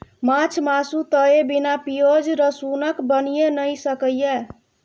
माछ मासु तए बिना पिओज रसुनक बनिए नहि सकैए